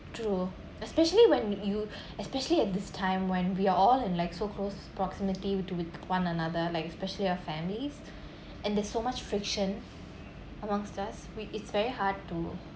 true especially when you especially at this time when we are all in like so close proximity to with one another like especially our families and there's so much friction amongst us we it's very hard to